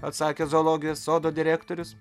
atsakė zoologijos sodo direktorius